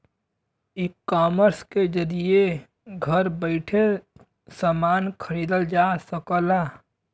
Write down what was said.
ecommerce के जरिये घर बैइठे समान खरीदल जा सकला